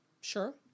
Sure